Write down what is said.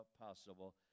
possible